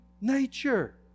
nature